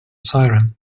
siren